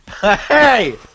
Hey